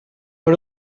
per